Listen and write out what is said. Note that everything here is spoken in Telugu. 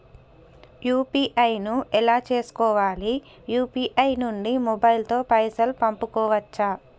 యూ.పీ.ఐ ను ఎలా చేస్కోవాలి యూ.పీ.ఐ నుండి మొబైల్ తో పైసల్ పంపుకోవచ్చా?